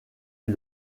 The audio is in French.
est